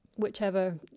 whichever